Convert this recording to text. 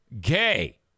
gay